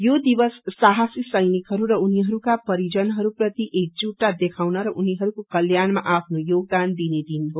यो दिवस साहासी सैनिकहरू र उनिहरूका परिजनहरू प्रति एकजुटता देखाउन र उनिहरूको कल्याणमा आफ्नो योगदान दिने दिन हो